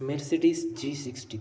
Mercedes G sixty three